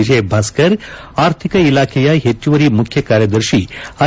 ವಿಜಯ ಭಾಸ್ಕರ್ ಅರ್ಥಿಕ ಇಲಾಖೆಯ ಹೆಚ್ಚುವರಿ ಮುಖ್ಯ ಕಾರ್ಯದರ್ಶಿ ಐ